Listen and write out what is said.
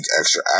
extra